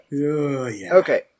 Okay